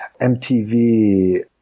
MTV